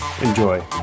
Enjoy